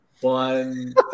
One